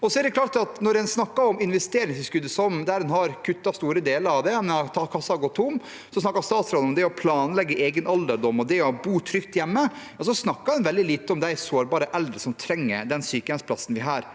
Når det gjelder investeringstilskuddet – en har kuttet store deler av det, og kassen er gått tom – snakker statsråden om det å planlegge egen alderdom og det å bo trygt hjemme. Hun snakker veldig lite om de sårbare eldre som trenger den sykehjemsplassen vi her